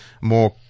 more